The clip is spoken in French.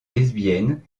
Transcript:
lesbienne